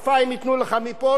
שיניים ייתנו לך מפה,